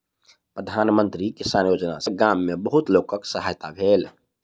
प्रधान मंत्री किसान योजना सॅ गाम में बहुत लोकक सहायता भेल